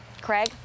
Craig